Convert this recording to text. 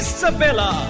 Isabella